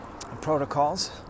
protocols